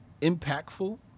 impactful